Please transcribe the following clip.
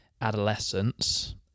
adolescence